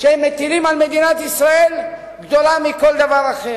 שהם מטילים על מדינת ישראל גדולים יותר מכל דבר אחר.